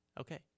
okay